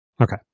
Okay